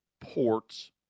ports